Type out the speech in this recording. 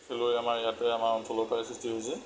খেলুৱৈ আমাৰ ইয়াতে আমাৰ অঞ্চলৰ পৰাই সৃষ্টি হৈছে